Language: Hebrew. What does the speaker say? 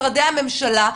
משרדי הממשלה,